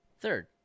Third